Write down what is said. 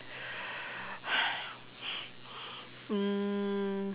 mm